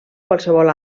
qualsevol